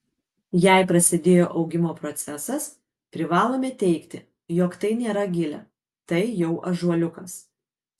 jei prasidėjo augimo procesas privalome teigti jog tai nėra gilė tai jau ąžuoliukas